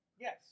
Yes